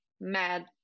mad